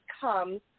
comes